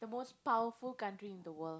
the most powerful country in the world